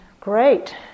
Great